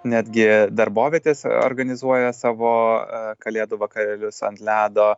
netgi darbovietės organizuoja savo e kalėdų vakarėlius ant ledo